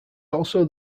also